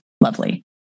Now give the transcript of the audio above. Lovely